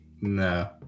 no